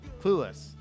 Clueless